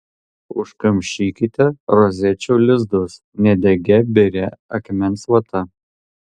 užkamšykite rozečių lizdus nedegia biria akmens vata